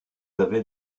avez